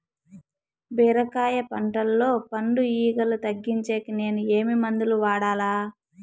బీరకాయ పంటల్లో పండు ఈగలు తగ్గించేకి నేను ఏమి మందులు వాడాలా?